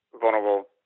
vulnerable